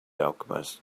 alchemist